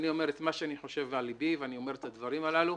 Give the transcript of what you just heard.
אני אומר את מה שאני חושב ועל ליבי ואני אומר את הדברים הללו.